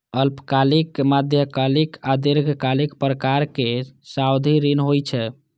अल्पकालिक, मध्यकालिक आ दीर्घकालिक प्रकारक सावधि ऋण होइ छै